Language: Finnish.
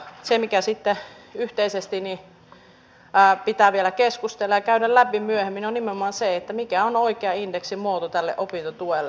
se mikä sitten yhteisesti pitää vielä keskustella ja käydä läpi myöhemmin on nimenomaan se mikä on oikea indeksimuoto tälle opintotuelle